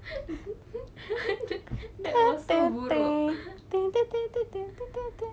that was so buruk